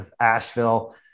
Asheville